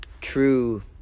true